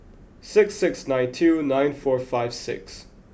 six six nine two nine four five six